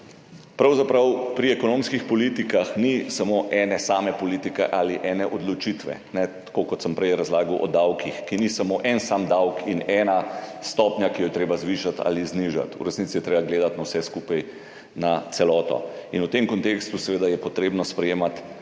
Pravzaprav pri ekonomskih politikah ni samo ene same politike ali ene odločitve, tako kot sem prej razlagal o davkih, kjer ni samo en sam davek in ena stopnja, ki jo je treba zvišati ali znižati, v resnici je treba gledati na vse skupaj, na celoto. V tem kontekstu je seveda potrebno sprejemati